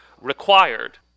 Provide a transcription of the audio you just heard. required